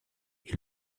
est